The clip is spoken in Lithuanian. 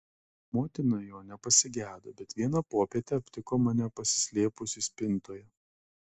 motina jo nepasigedo bet vieną popietę aptiko mane pasislėpusį spintoje